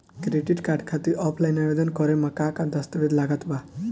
Credit card खातिर offline आवेदन करे म का का दस्तवेज लागत बा?